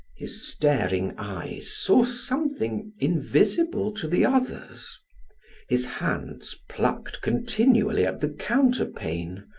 his staring eyes saw something invisible to the others his hands plucked continually at the counterpane.